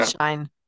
shine